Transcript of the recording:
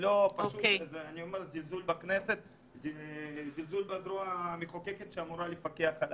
זה זלזול בבית המחוקקים שאמור לפקח על